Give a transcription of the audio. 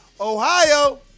Ohio